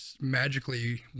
magically